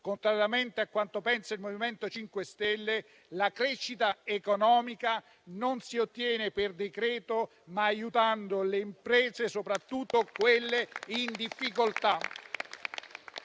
centrosinistra e il MoVimento 5 Stelle, la crescita economica non si ottiene per decreto, ma aiutando le imprese, soprattutto quelle in difficoltà.